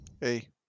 Hey